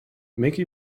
make